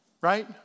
right